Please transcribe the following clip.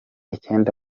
icyenda